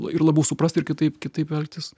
ir labiau suprasti ir kitaip kitaip elgtis